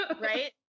right